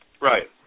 Right